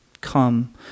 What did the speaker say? come